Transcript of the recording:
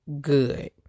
good